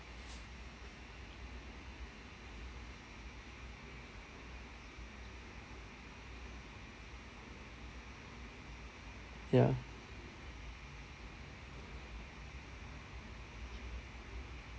ya